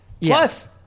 Plus